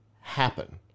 happen